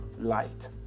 light